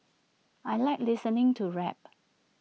I Like listening to rap